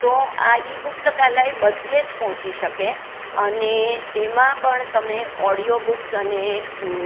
તો આ ઇ પુસ્તકાલય બધે જ પહોંચી શકે અને એમાં પણ તમે ઓડિયો બુક્સ અને